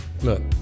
look